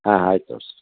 ಹಾಂ ಆಯ್ತು ತೊರಿಸಿ